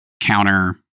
counter